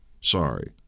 Sorry